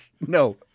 No